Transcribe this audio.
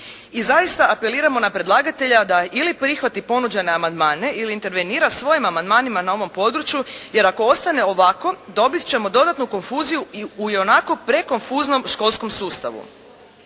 I zaista apeliramo na predlagatelja da ili prihvati ponuđene amandmane ili intervenira svojim amandmanima na ovom području, jer ako ostane ovako dobit ćemo dodatnu konfuziju i u ionako prekonfuznom školskom sustavu.